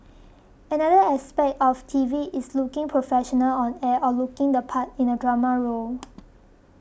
another aspect of T V is looking professional on air or looking the part in a drama role